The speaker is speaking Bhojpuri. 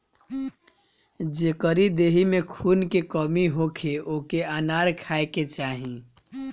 जेकरी देहि में खून के कमी होखे ओके अनार खाए के चाही